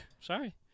Sorry